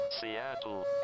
Seattle